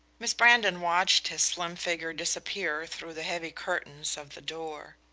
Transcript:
miss brandon watched his slim figure disappear through the heavy curtains of the door.